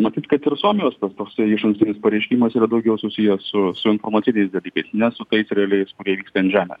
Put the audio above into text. matyt kad ir suomijos tas toksai išankstinis pareiškimas yra daugiau susijęs su su informaciniais dalykais ne su tais realiais kurie vyksta ant žemės